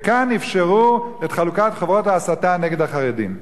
וכאן אפשרו את חלוקת חוברות ההסתה נגד החרדים.